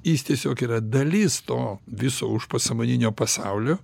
jis tiesiog yra dalis to viso viso užpasąmoninio pasaulio